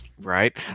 right